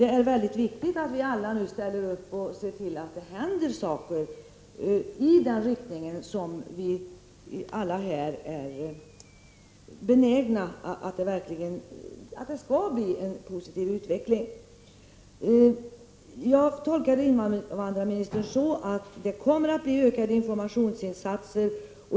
Det är således väldigt viktigt att vi alla nu ställer upp och ser till att det händer saker, så att vi får den positiva utveckling som vi alla är så angelägna om. Jag tolkar invandrarministern på det sättet att det kommer att bli ökade informationsinsatser.